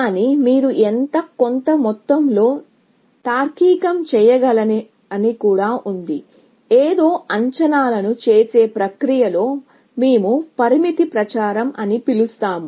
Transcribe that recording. కానీ మీరు కొంత మొత్తంలో తార్కికం చేయగలరని కూడా ఉంది ఏదో అంచనాలను చేసే ప్రక్రియలో మేము పరిమితి ప్రచారం అని పిలుస్తాము